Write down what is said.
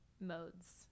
modes